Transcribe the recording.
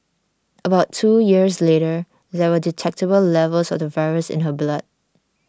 about two years later there were detectable levels of the virus in her blood